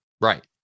Right